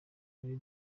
ari